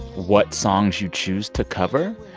what songs you choose to cover.